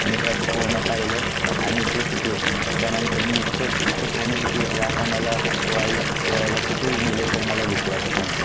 मित्रांचं पोअणं पाह्यलं आणि ते शिकलो त्यानंतर मी इतकं इतकं पोअणं शिकलो की आता मला पोआयला पोआयला कुठेही नेले तर मला भीती वाटत नाही